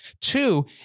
Two